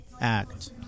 act